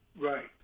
Right